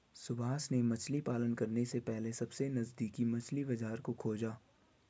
सुभाष ने मछली पालन करने से पहले सबसे नजदीकी मछली बाजार को खोजा